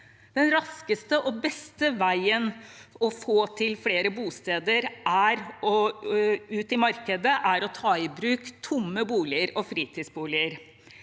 Den raskeste og beste veien for å få flere bosteder ut i markedet er å ta i bruk tomme boliger og fritidsboliger.